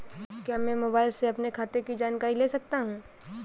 क्या मैं मोबाइल से अपने खाते की जानकारी ले सकता हूँ?